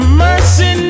mercy